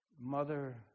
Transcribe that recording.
mother